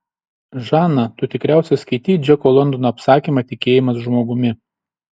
žana tu tikriausiai skaitei džeko londono apsakymą tikėjimas žmogumi